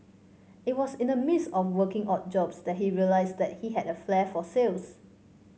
it was in the midst of working odd jobs that he realised that he had a flair for sales